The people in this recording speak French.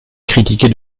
critiqué